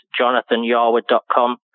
jonathanyarwood.com